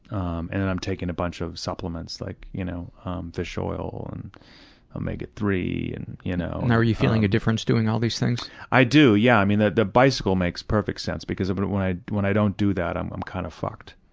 um and and i'm taking a bunch of supplements, like you know um fish oil and omega three. and you know and are you feeling a difference doing all these things? i do. yeah the the bicycle makes perfect sense, because but when i when i don't do that i'm i'm kind of fucked.